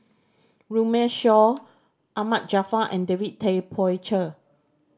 Runme Shaw Ahmad Jaafar and David Tay Poey Cher